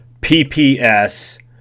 PPS